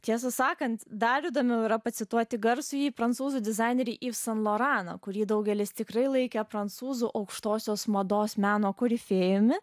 tiesą sakant dar įdomiau yra pacituoti garsųjį prancūzų dizainerį styv san loraną kurį daugelis tikrai laikė prancūzų aukštosios mados meno korifėjumi